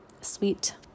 Sweet